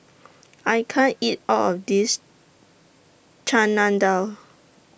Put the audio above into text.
I can't eat All of This Chana Dal